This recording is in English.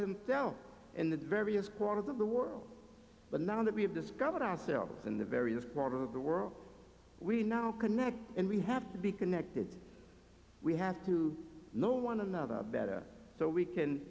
himself in the various quarters of the world but none of that we have discovered ourselves in the various part of the world we now connect and we have to be connected we have to know one another better so we can